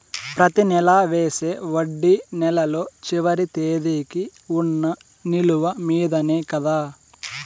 ప్రతి నెల వేసే వడ్డీ నెలలో చివరి తేదీకి వున్న నిలువ మీదనే కదా?